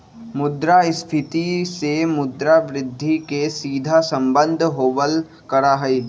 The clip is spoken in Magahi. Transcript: मुद्रास्फीती से मुद्रा वृद्धि के सीधा सम्बन्ध होबल करा हई